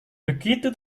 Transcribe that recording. begitu